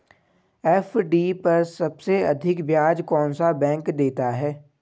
FD पर सबसे अधिक ब्याज कौन सा बैंक देता है?